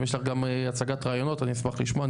אם יש לך גם הצגת רעיונות אני אשמח לשמוע,